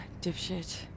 dipshit